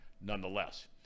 nonetheless